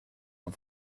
man